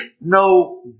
no